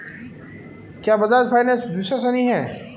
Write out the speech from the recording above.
क्या बजाज फाइनेंस विश्वसनीय है?